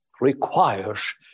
requires